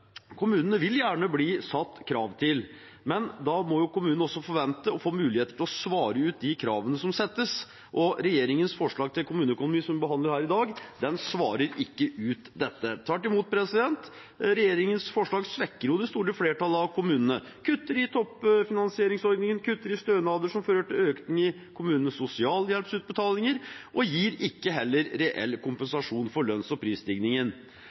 kommunene. Kommunene vil gjerne bli satt krav til, men da må kommunene også forvente å få muligheten til å svare ut de kravene som settes. Regjeringens forslag til kommuneøkonomi som vi behandler her i dag, svarer ikke ut dette. Tvert imot svekker regjeringens forslag det store flertallet av kommunene – kutter i toppfinansieringsordningen, kutter i stønader, som fører til økning i kommunenes sosialhjelpsutbetalinger, og gir heller ikke reell kompensasjon for lønns- og prisstigningen.